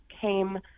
came